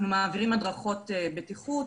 אנחנו מעבירים הדרכות בטיחות,